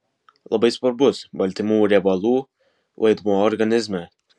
labai svarbus baltymų riebalų vaidmuo organizme